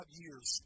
years